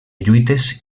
lluites